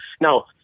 Now